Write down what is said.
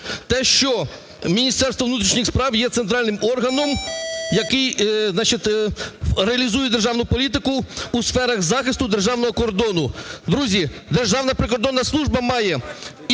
Міністерство внутрішніх справ є центральним органом, який реалізує державну політику у сферах захисту державного кордону. Друзі, Державна прикордонна служба має і